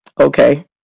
okay